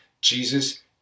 Jesus